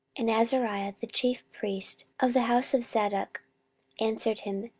and azariah the chief priest of the house of zadok answered him,